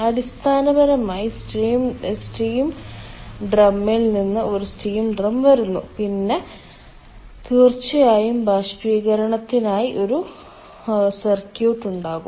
അടിസ്ഥാനപരമായി സ്റ്റീം ഡ്രമ്മിൽ നിന്ന് ഒരു സ്റ്റീം ഡ്രം വരുന്നു പിന്നെ തീർച്ചയായും ബാഷ്പീകരണത്തിനായി ഒരു സർക്യൂട്ട് ഉണ്ടാകും